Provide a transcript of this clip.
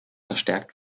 verstärkt